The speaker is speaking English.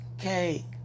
Okay